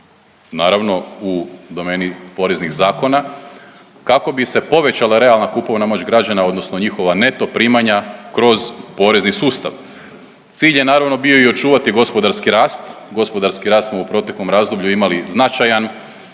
naravno u domeni poreznih zakona, kako bi se povećala realna kupovna moć građana odnosno njihova neto primanje kroz porezni sustav. Cilj je naravno bio i očuvati gospodarski rast, gospodarski rast smo u proteklom razdoblju imali značajan,